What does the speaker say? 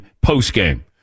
post-game